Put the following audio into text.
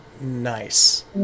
nice